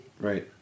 Right